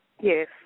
Yes